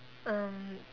um